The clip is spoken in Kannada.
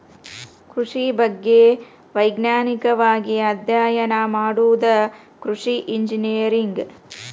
ಕೃಷಿ ಬಗ್ಗೆ ವೈಜ್ಞಾನಿಕವಾಗಿ ಅಧ್ಯಯನ ಮಾಡುದ ಕೃಷಿ ಇಂಜಿನಿಯರಿಂಗ್